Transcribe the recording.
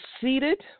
seated